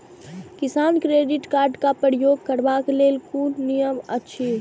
किसान credit card क प्रयोग करबाक लेल कोन नियम अछि?